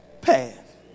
path